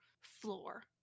floor